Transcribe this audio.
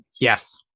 Yes